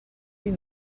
ell